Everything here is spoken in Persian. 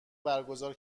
برگزار